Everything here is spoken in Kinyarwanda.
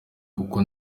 kuko